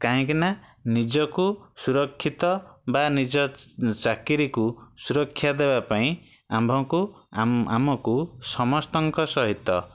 କାହିଁକିନା ନିଜକୁ ସୁରକ୍ଷିତ ବା ନିଜ ଚାକିରୀକୁ ସୁରକ୍ଷା ଦେବା ପାଇଁ ଆମ୍ଭକୁ ଆମକୁ ସମସ୍ତଙ୍କ ସହିତ